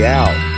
out